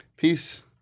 Peace